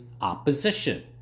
opposition